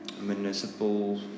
municipal